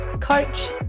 coach